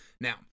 Now